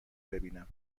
ببینم